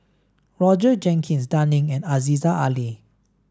Roger Jenkins Dan Ying and Aziza Ali